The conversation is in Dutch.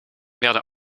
werden